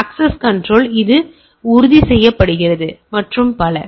access control உறுதி செய்யப்படுகிறது மற்றும் பல